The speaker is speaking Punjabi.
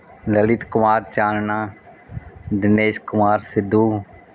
ਲਲਿਤ ਕੁਮਾਰ ਚਾਨਣਾ ਦਿਨੇਸ਼ ਕੁਮਾਰ ਸਿੱਧੂ